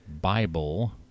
Bible